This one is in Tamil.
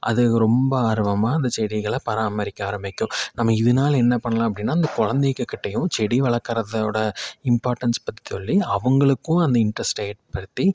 அதுங்க ரொம்ப ஆர்வமாக அந்த செடிகளை பராமரிக்க ஆரம்பிக்கும் நம்ம இதனால என்ன பண்ணலாம் அப்படின்னா அந்த குழந்தைங்ககிட்டையும் செடி வளர்க்கறதவுட இம்ப்பார்டன்ஸ் பற்றி சொல்லி அவங்களுக்கும் அந்த இண்ட்ரெஸ்ட்டை ஏற்படுத்தி